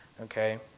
okay